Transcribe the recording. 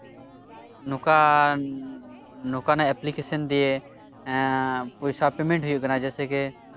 ᱱᱚᱝᱠᱟᱱ ᱱᱚᱝᱠᱟᱱᱟᱜ ᱮᱯᱞᱤᱠᱮᱥᱚᱱ ᱫᱤᱭᱮ ᱯᱮᱭᱥᱟ ᱯᱮᱢᱮᱱᱴ ᱦᱩᱭᱩᱜ ᱠᱟᱱᱟ ᱡᱮᱭᱥᱮ ᱜᱮ